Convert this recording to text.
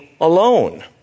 alone